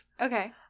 Okay